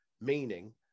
meaning